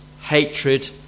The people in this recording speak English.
hatred